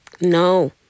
No